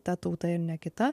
ta tauta ir ne kita